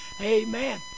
Amen